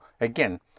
again